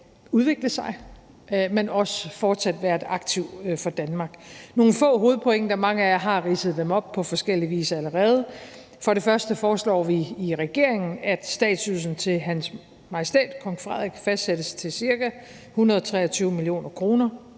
udvikle sig, men også fortsat være et aktiv for Danmark. Jeg vil komme med nogle få hovedpointer. Mange af jer har ridset dem op på forskellig vis allerede. For det første foreslår vi i regeringen, at statsydelsen til Hans Majestæt Kong Frederik fastsættes til ca. 123 mio. kr.